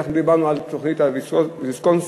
דיברנו על תוכנית ויסקונסין,